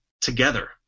together